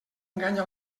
enganya